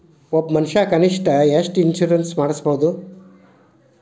ಒಬ್ಬ ಮನಷಾ ಕನಿಷ್ಠ ಎಷ್ಟ್ ಇನ್ಸುರೆನ್ಸ್ ಮಾಡ್ಸ್ಬೊದು?